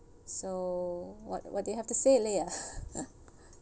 so what what do you have to say leah